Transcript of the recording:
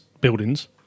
buildings